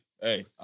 Hey